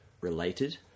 related